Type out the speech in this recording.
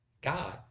God